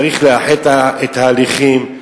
צריך לאחד את ההליכים,